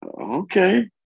okay